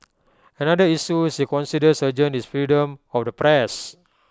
another issue she considers urgent is freedom of the press